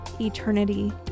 eternity